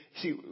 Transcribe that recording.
see